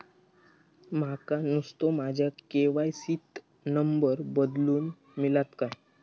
माका नुस्तो माझ्या के.वाय.सी त नंबर बदलून मिलात काय?